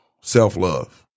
self-love